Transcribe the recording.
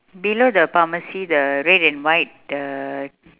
below the pharmacy the red and white the